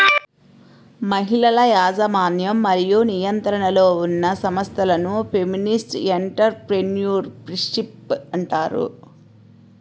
మహిళల యాజమాన్యం మరియు నియంత్రణలో ఉన్న సంస్థలను ఫెమినిస్ట్ ఎంటర్ ప్రెన్యూర్షిప్ అంటారు